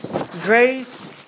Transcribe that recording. Grace